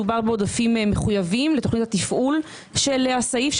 מדובר בעודפים מחויבים לתוכנית התפעול של הסעיף,